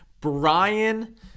Brian